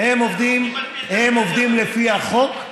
הם עובדים לפי החוק,